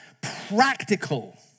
practical